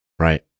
Right